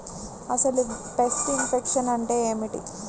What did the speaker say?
అసలు pest infection అంటే ఏమిటి?